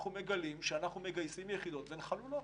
אנחנו מגלים שאנחנו מגייסים יחידות והן חלולות.